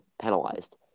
penalized